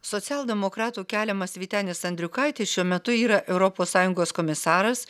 socialdemokratų keliamas vytenis andriukaitis šiuo metu yra europos sąjungos komisaras